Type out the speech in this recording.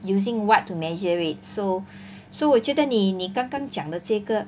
using what to measure it so so 我觉得你你刚刚讲的这一个